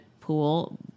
pool